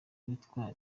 witwa